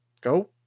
go